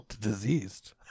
diseased